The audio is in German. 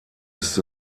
ist